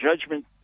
judgment